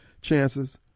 chances